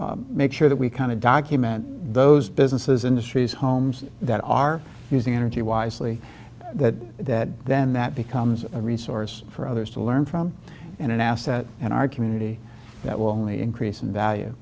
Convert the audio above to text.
we make sure that we kind of document those businesses industries homes that are using energy wisely that that then that becomes a resource for others to learn from in an asset in our community that will only increase in value